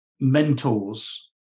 mentors